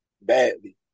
badly